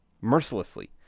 mercilessly